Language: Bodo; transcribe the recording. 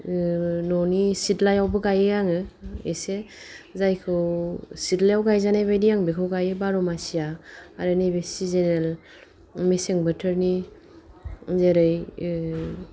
न'नि सिथलायावबो गायो आङो एसे जायखौ सिथलायाव गायजानायबायदि आं बेखौ गायो बार' मासिया आरो नैबे सिसोनेल मेसें बोथोरनि जेरै ओ